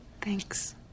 Thanks